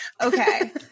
Okay